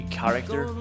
character